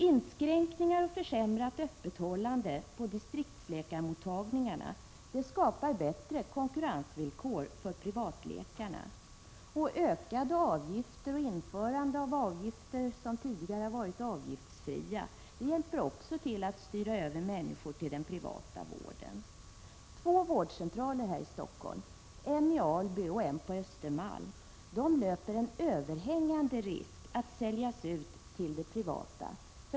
Inskränkningar och försämrat öppethållande på distriktsläkarmottagningarna skapar bättre konkurrensvillkor för privatläkarna. Också ökade avgifter och införande av avgifter för verksamhet som tidigare varit avgiftsfri hjälper till att styra över människor till den privata vården. Två vårdcentraler här i Stockholm, en i Alby och en på Östermalm, löper en överhängande risk att säljas ut till det privata.